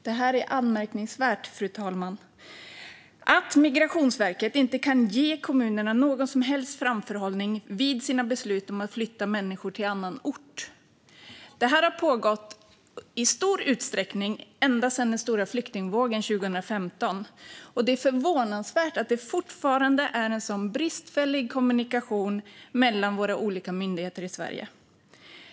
Det är anmärkningsvärt, fru talman, att Migrationsverket inte kan ge kommunerna någon som helst framförhållning vid sina beslut om att flytta människor till annan ort. Detta har pågått i stor utsträckning ända sedan den stora flyktingvågen 2015, och det är förvånansvärt att det fortfarande är en sådan bristfällig kommunikation mellan våra olika myndigheter i Sverige.